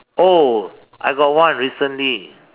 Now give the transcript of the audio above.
oh I got one recently